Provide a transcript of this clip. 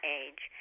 age